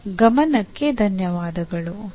ನಿಮ್ಮ ಗಮನಕ್ಕೆ ಧನ್ಯವಾದಗಳು